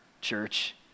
Church